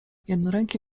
jednoręki